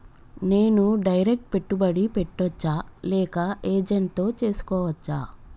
నేను డైరెక్ట్ పెట్టుబడి పెట్టచ్చా లేక ఏజెంట్ తో చేస్కోవచ్చా?